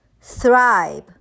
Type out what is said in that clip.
thrive